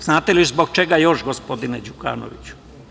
Znate li zbog čega još, gospodine Đukanoviću?